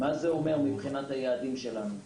מה זה אומר מבחינת היעדים שלנו,